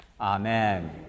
Amen